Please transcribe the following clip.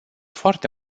foarte